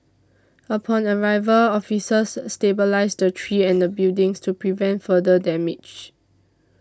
upon arrival officers stabilised the tree and buildings to prevent further damage